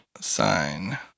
sign